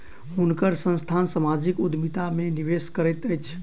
हुनकर संस्थान सामाजिक उद्यमिता में निवेश करैत अछि